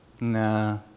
Nah